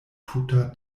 tuta